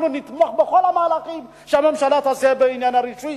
נתמוך בכל המהלכים שהיא תעשה בעניין הרישוי.